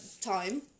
time